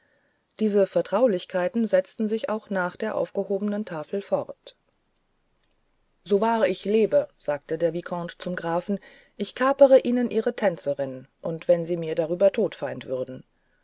diese vertraulichkeiten setzen sich auch nach aufgehobener tafel fort so wahr ich lebe sagte der vicomte zum grafen ich kapere ihnen ihre tänzerin und wenn sie mir darüber todfeind würden